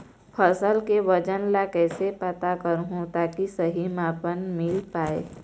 फसल के वजन ला कैसे पता करहूं ताकि सही मापन मील पाए?